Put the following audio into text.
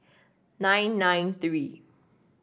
nine nine three